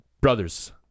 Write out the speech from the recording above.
brothers